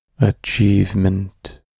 achievement